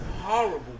horrible